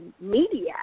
Media